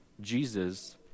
Jesus